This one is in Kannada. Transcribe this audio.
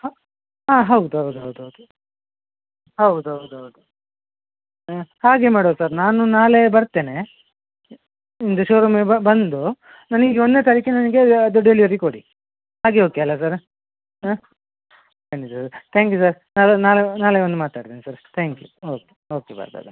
ಹಾಂ ಹಾಂ ಹೌದು ಹೌದು ಹೌದು ಹೌದು ಹೌದು ಹೌದು ಹೌದು ಹ್ಞೂ ಹಾಗೇ ಮಾಡುವ ಸರ್ ನಾನು ನಾಳೆ ಬರ್ತೇನೆ ನಿಮ್ಮದು ಶೋರೂಮಿಗೆ ಬಂದು ನನಗೆ ಒಂದನೇ ತಾರೀಖಿಗೆ ನನಗೆ ಅದು ಡೆಲಿವರಿ ಕೊಡಿ ಹಾಗೆ ಓಕೆ ಅಲ್ವ ಸರ್ರ ಹಾಂ ಮ್ಯಾನೇಜರ್ ತ್ಯಾಂಕ್ ಯು ಸರ್ ನಾಳೆ ನಾಳೆ ನಾಳೆ ಬಂದು ಮಾತಾಡ್ತೇನೆ sir thank you okay okay bye bye bye